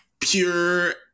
pure